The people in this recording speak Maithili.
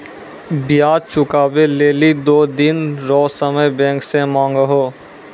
ब्याज चुकबै लेली दो दिन रो समय बैंक से मांगहो